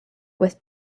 with